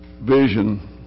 vision